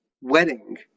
wedding